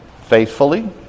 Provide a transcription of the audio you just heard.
faithfully